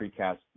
precast